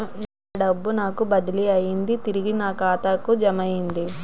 నా డబ్బు నాకు బదిలీ అయ్యింది తిరిగి నా ఖాతాకు జమయ్యింది